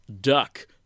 Duck